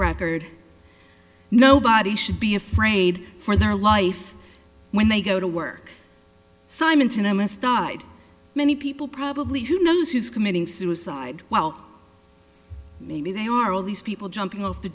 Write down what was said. record nobody should be afraid for their life when they go to work simonton amistad many people probably who knows who's committing suicide well maybe they are all these people jumping